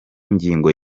ngingo